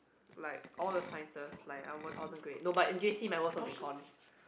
like all the Sciences like I won't other grade no but J_C my worst was eEcons